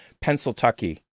Pennsylvania